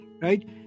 right